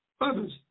others